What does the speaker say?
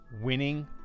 winning